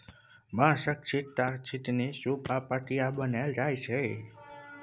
बाँसक, छीट्टा, छितनी, सुप आ पटिया बनाएल जाइ छै